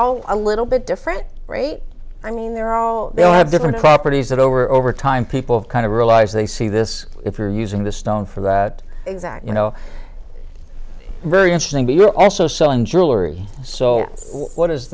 all a little bit different rate i mean they're all they all have different properties that over over time people have kind of realize they see this if you're using the stone for that exact you know very interesting but you're also selling jewelry so what is